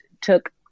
took